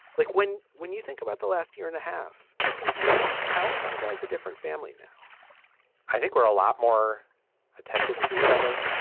like when. when you think about the last year and a half how are you guys a different family now i think we're a lot more attentive to each other